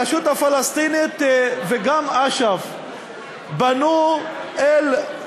הרשות הפלסטינית וגם אש"ף פנו אל,